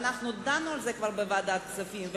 כבר דנו על זה בוועדת הכספים.